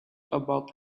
about